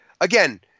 again